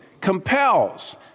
compels